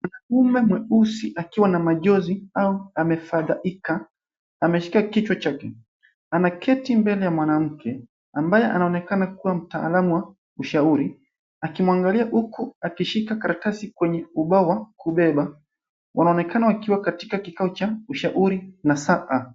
Mwanamme mweusi akiwa na majonzi au amefadhaika ameshika kichwa chake. Ameketi mbele ya mwanamke ambaye anaonekana mtaalam wa ushauri akimwangalia huku akishika karatasi kwenye ubao kubeba. Wanaonekana wakiwa katika kikao cha ushauri nasaha.